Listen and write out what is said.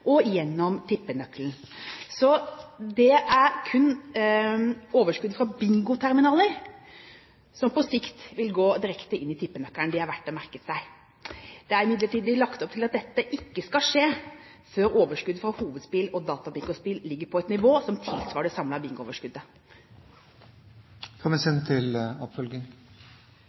og gjennom tippenøkkelen. Det er kun overskudd fra bingoterminaler som på sikt vil gå direkte inn i tippenøkkelen. Det er verdt å merke seg. Det vil imidlertid bli lagt opp til at dette ikke skal skje før overskudd fra hovedspill og databingospill ligger på et nivå som tilsvarer det